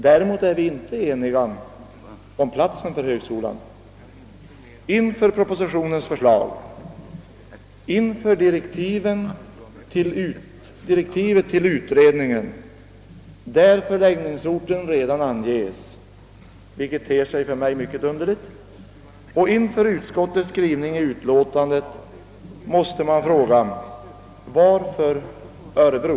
Däremot är vi inte eniga om platsen för högskolan. Inför propositionens förslag, inför direktiven till utredningen, där förläggningsorten redan anges, vilket för mig ter sig mycket underligt, och inför utskottets skrivning i utlåtandet måste man fråga: Varför Örebro?